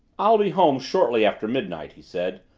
i'll be home shortly after midnight, he said.